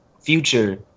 Future